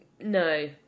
No